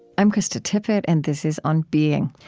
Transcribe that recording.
i'm krista tippett, and this is on being.